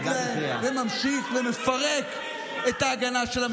להן וממשיך ומפרק את ההגנה של המדינה עליהן.